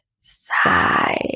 side